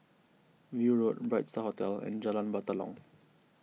View Road Bright Star Hotel and Jalan Batalong